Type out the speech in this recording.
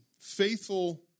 faithful